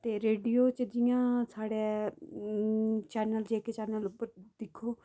ते रेडियो जि'यां साढ़े चैनल जेके चैनसल पर दिक्खो